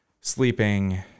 sleeping